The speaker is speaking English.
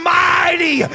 mighty